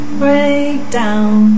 breakdown